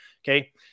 Okay